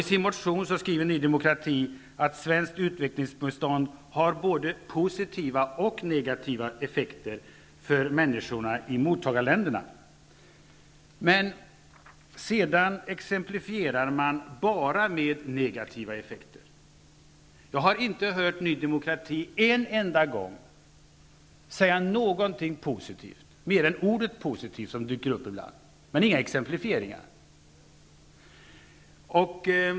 I sin motion skriver Ny demokrati att svenskt utvecklingsbistånd har både positiva och negativa effekter för människorna i mottagarländerna. Därefter exemplifierar man med bara negativa effekter. Jag har inte hört Ny demokrati en enda gång säga någonting positivt. Ordet positivt dyker ibland upp, men det görs inga exemplifieringar.